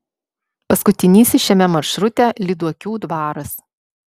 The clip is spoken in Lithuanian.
paskutinysis šiame maršrute lyduokių dvaras